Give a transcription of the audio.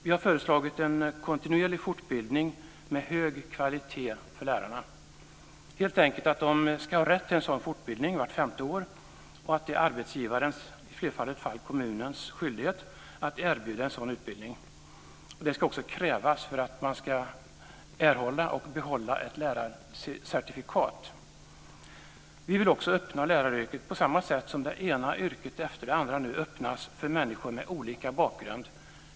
Vi har föreslagit en kontinuerlig fortbildning med hög kvalitet för lärarna. De ska helt enkelt ha rätt till en sådan fortbildning vart femte år. Det ska vara arbetsgivarens, i flertalet fall kommunens, skyldighet att erbjuda en sådan utbildning. Det ska också krävas för att man ska erhålla och behålla ett lärarcertifikat. Vi vill också öppna läraryrket, på samma sätt som det ena yrket efter det andra nu öppnas, för människor med olika bakgrund.